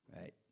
Right